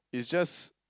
it's just